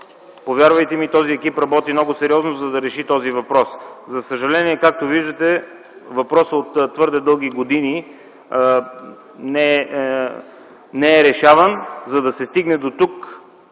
Повярвайте ми, този екип работи много сериозно, за да реши този въпрос. За съжаление, както виждате, въпросът от твърде дълги години не е решаван, за да се стигне дотук.